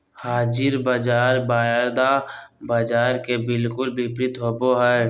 हाज़िर बाज़ार वायदा बाजार के बिलकुल विपरीत होबो हइ